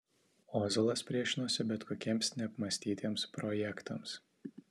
ozolas priešinosi bet kokiems neapmąstytiems projektams